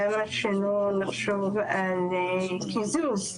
שלא לחשוב על קיזוז,